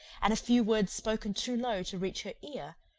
and a few words spoken too low to reach her ear,